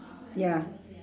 ya